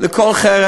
לכן אני אומר,